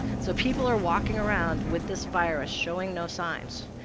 so people are walking around with this virus showing no signs.